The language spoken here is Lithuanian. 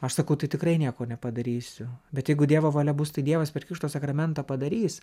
aš sakau tai tikrai nieko nepadarysiu bet jeigu dievo valia bus tai dievas per krikšto sakramentą padarys